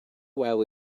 while